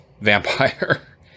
vampire